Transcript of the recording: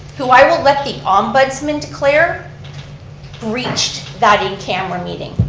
who i will let the ombudsman declare breached that in camera meeting,